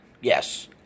yes